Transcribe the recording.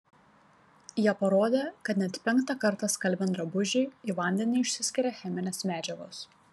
jie parodė kad net penktą kartą skalbiant drabužį į vandenį išsiskiria cheminės medžiagos